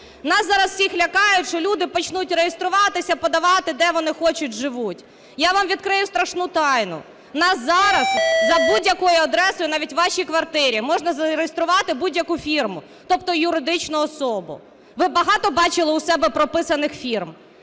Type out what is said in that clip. Нас зараз всіх лякають, що люди почнуть реєструватися, подавати, де вони хочуть живуть. Я вам відкрию страшну тайну: у нас зараз за будь-якою адресою, навіть у вашій квартирі, можна зареєструвати будь-яку фірму, тобто юридичну особу. Ви багато бачили у себе прописаних фірм?